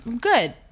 good